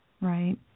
Right